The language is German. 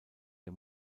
der